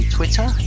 Twitter